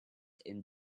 and